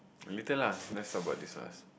okay lah let's stop about this last